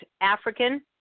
African